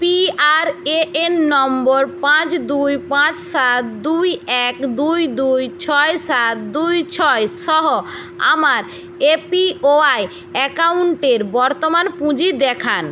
P R A N number পাঁচ দুই পাঁচ সাত দুই এক দুই দুই ছয় সাত দুই ছয় সহ আমার এ পি ওয়াই অ্যাকাউন্টের বর্তমান পুঁজি দেখান